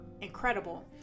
incredible